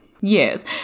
Yes